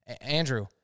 Andrew